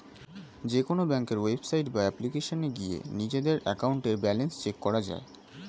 যেকোনো ব্যাংকের ওয়েবসাইট বা অ্যাপ্লিকেশনে গিয়ে নিজেদের অ্যাকাউন্টের ব্যালেন্স চেক করা যায়